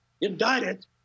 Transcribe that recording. indicted